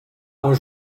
was